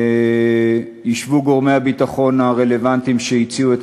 ישבו גורמי הביטחון הרלוונטיים שהציעו את